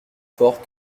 forts